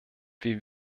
wir